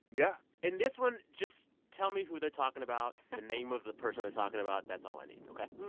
yeah in this one, just tell me who they're talking about, the name of the person they're talking about. that's all i need. ok?